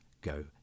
go